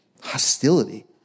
hostility